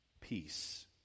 peace